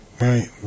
right